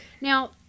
Now